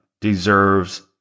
deserves